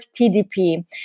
TDP